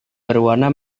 berwarna